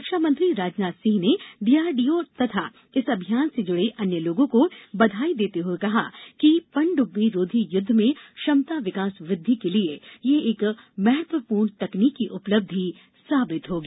रक्षा मंत्री राजनाथ सिंह ने डीआरडीओ तथा इस अभियान से जुडे अन्य लोगों को बधाई देते हुए कहा है कि पनड़ब्बी रोधी युद्ध में क्षमता विकास वृद्धि के लिए यह एक महत्वपूर्ण तकनीकी उपलब्धि साबित होगी